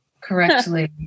correctly